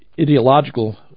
ideological